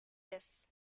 this